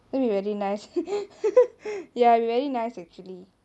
that will be very nice ya it will be very nice actually